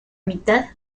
mitad